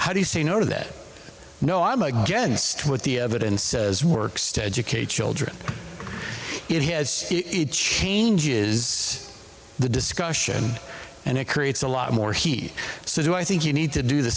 how do you say no to that no i'm against what the evidence is works to educate children it has it changes the discussion and it creates a lot more he says well i think you need to do the